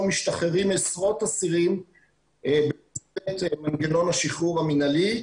משתחררים עשרות אסירים במנגנון השחרור המנהלי,